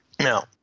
Now